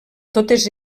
totes